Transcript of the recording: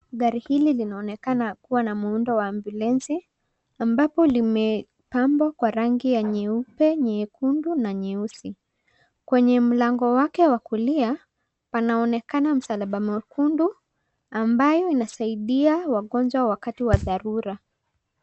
Gari hili linaonekana kuana muundo wa ambulensi ambapo limepambwa kwa rangi ya nyeupe, nyekundu, na nyeusi. Kwenye mlango wake wa kulia unaonekana msalaba mwekundu ambayo inasaidia wagonjwa wakati wa dharura.